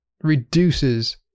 reduces